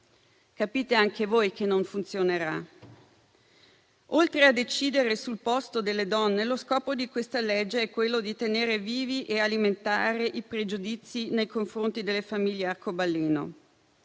Capite anche voi che non funzionerà. Oltre a decidere al posto delle donne, lo scopo di questa legge è quello di tenere vivi e alimentare i pregiudizi nei confronti delle famiglie arcobaleno.